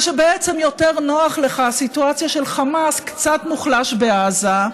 ושבעצם יותר נוחה לך הסיטואציה של חמאס קצת מוחלש בעזה,